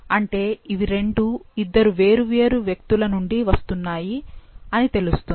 అంటే ఇవి రెండూ ఇద్దరు వేరు వేరు వ్యక్తులనుండి వస్తున్నాయి అని తెలుస్తుంది